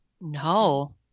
no